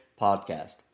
podcast